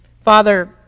Father